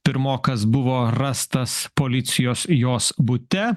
pirmokas buvo rastas policijos jos bute